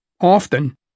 Often